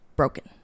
broken